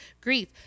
grief